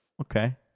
Okay